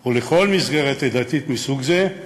או לכל מסגרת עדתית מסוג זה.